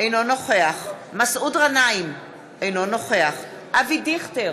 אינו נוכח מסעוד גנאים, אינו נוכח אבי דיכטר,